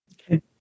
Okay